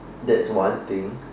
that's one thing